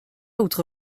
outre